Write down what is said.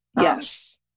Yes